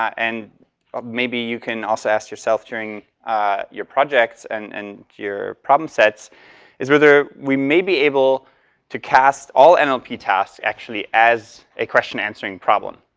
and maybe you can also ask yourself during your projects and and your problem sets is whether we may be able to cast all and um nlp tasks actually as a question answering problem.